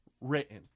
written